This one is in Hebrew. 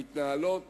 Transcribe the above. המתנהלות